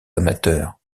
amateurs